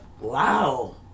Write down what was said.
wow